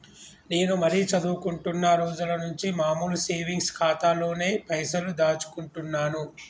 నేను మరీ చదువుకుంటున్నా రోజుల నుంచి మామూలు సేవింగ్స్ ఖాతాలోనే పైసలు దాచుకుంటున్నాను